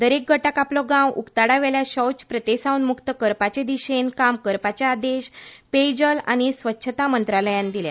दरेक गटाक आपलो गांव उकताडावेल्या शौच प्रथेसावन मुक्त करपाचे दिशेन काम करपाचे आदेश पेयजल आनी स्वच्छता मंत्रालयान दिल्या